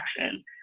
action